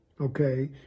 Okay